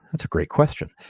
that's great question.